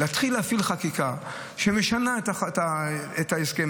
להתחיל להפעיל חקיקה שמשנה את ההסכם,